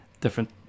different